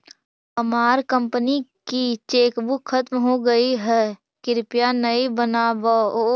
हमार कंपनी की चेकबुक खत्म हो गईल है, कृपया नई बनवाओ